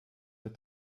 für